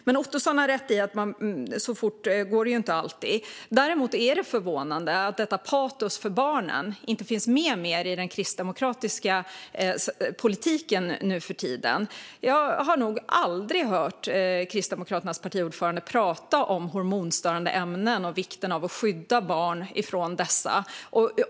Men Ottosson har rätt i att det inte alltid går så fort. Däremot är det förvånande att detta patos för barnen inte finns med mer i den kristdemokratiska politiken nu för tiden. Jag har nog aldrig hört Kristdemokraternas partiordförande prata om hormonstörande ämnen och vikten av att skydda barn från dessa.